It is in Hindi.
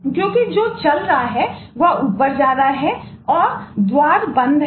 क्योंकि जो चल रहा है वह ऊपर जा रहा है और द्वार बंद है